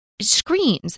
screens